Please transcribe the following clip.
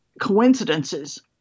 coincidences